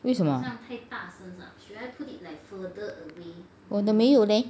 为什么我的没有 leh